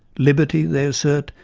liberty, they assert,